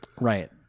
Right